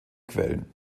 quellen